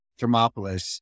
Thermopolis